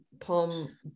palm